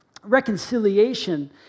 reconciliation